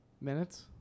Minutes